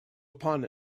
upon